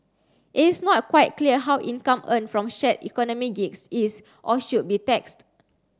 it is not quite clear how income earned from shared economy gigs is or should be taxed